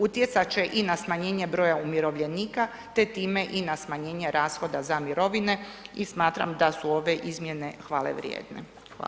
Utjecat će i na smanjenje broja umirovljenika te time i na smanjenje rashoda za mirovine i smatram da su ove izmjene hvale vrijedne.